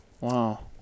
Wow